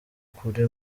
kuri